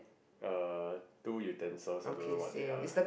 uh two utensils I don't know what they are